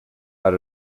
had